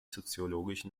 soziologischen